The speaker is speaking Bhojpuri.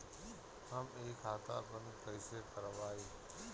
हम इ खाता बंद कइसे करवाई?